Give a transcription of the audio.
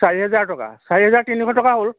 চাৰি হাজাৰ টকা চাৰি হেজাৰ তিনিশ টকা হ'ল